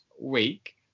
week